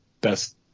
best